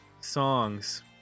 songs